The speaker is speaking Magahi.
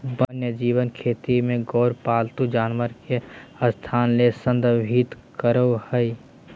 वन्यजीव खेती में गैर पालतू जानवर के स्थापना ले संदर्भित करअ हई